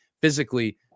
physically